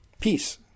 peace